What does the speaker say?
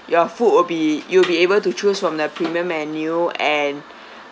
your food will be you'll be able to choose from the premium menu and